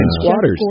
squatters